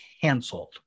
canceled